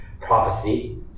prophecy